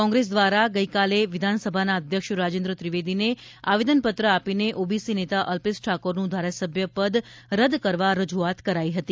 કોંગ્રેસ દ્વારા ગઈકાલે વિધાનસભાના અધ્યક્ષ રાજેન્દ્ર ત્રિવેદીને એક આવેદન પત્ર આપીને ઓબીસી નેતા અલ્પેશ ઠાકોરનું ધારાસભ્ય પદ રદ કરવા રજૂઆત કરાઈ હતી